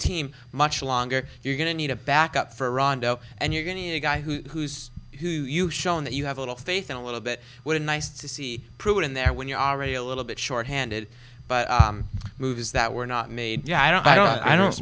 team much longer you're going to need a backup for rondo and you're going to be a guy who who's shown that you have a little faith and a little bit what a nice to see prude in there when you're already a little bit shorthanded but moves that were not made yeah i don't i don't i don't